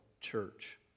church